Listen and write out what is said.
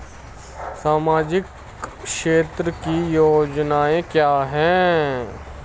सामाजिक क्षेत्र की योजनाएं क्या हैं?